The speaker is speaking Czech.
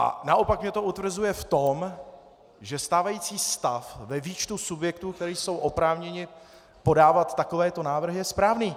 A naopak mě to utvrzuje v tom, že stávající stav ve výčtu subjektů, které jsou oprávněny podávat takovéto návrhy, je správný.